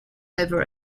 over